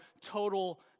total